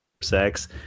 sex